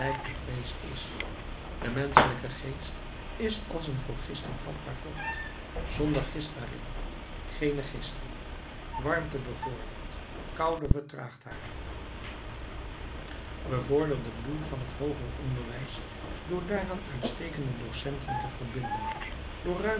de vrees is de menschelijke geest is als een voor gisting vatbaar vocht zonder gist daarin geene gisting warmte bevordert koude vertraagt haar bevorder den bloei van het hooger onderwijs door daaraan uitstekende docenten te verbinden door